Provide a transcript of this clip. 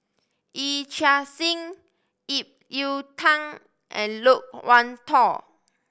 Yee Chia Hsing Ip Yiu Tung and Loke Wan Tho